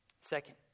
Second